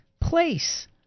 place